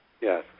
Yes